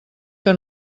que